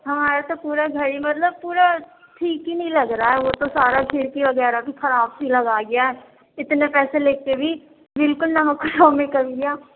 ہمارا تو پورا گھر ہی مطلب پورا ٹھیک ہی نہیں لگ رہا ہے وہ تو سارا کھڑکی وغیرہ بھی خراب سی لگائی ہے اتنے پیسے لے کے بھی بالکل نہ ہو خراب میں کر دیا